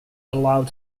allowed